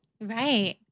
right